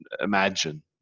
imagine